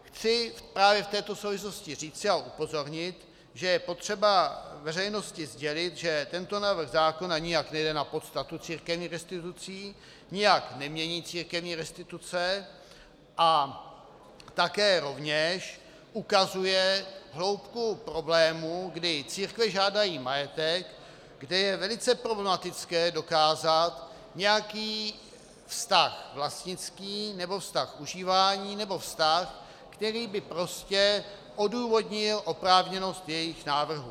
Chci právě v této souvislosti říci a upozornit, že je potřeba veřejnosti sdělit, že tento návrh zákona nijak nejde na podstatu církevních restitucí, nijak nemění církevní restituce a také rovněž ukazuje hloubku problémů, kdy církve žádají majetek, kde je velice problematické dokázat nějaký vztah vlastnický nebo vztah užívání nebo vztah, který by prostě odůvodnil oprávněnost jejich návrhů.